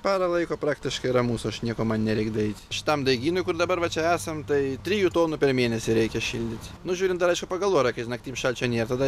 parą laiko praktiškai ramus aš nieko man nereik daryt šitam daigynui kur dabar va čia esam tai trijų tonų per mėnesį reikia šildyt nu žiūrint dar aišku pagal orą kai naktim šalčio nėra tada